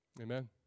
Amen